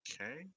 Okay